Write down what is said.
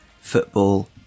Football